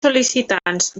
sol·licitants